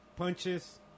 Punches